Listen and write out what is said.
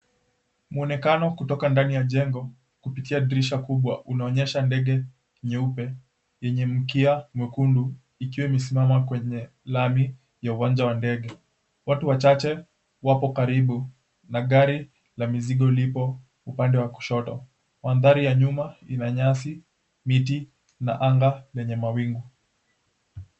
Mwonekano kutoka ndani ya jengo kupitia dirisha kubwa unaonyesha ndege kubwa nyeupe yenye mkia mwekundu ikiwa imesimama kwenye lami ya uwanja wa ndege. Watu wachache wapo karibu na gari la mizigo lipo upande wa kushoto. Mandhari ya nyuma ina nyasi, miti, na anga lenye mawingu.